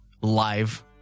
live